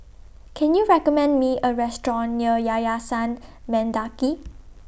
Can YOU recommend Me A Restaurant near Yayasan Mendaki